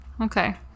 Okay